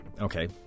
okay